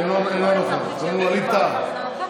אינה נוכחת, ווליד טאהא,